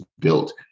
built